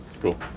Cool